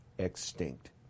extinct